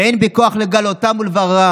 ואין בי כוח לגלותם ולבררם.